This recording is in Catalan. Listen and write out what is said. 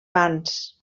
vans